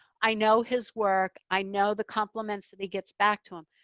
i know his work. i know the compliments that he gets back to him,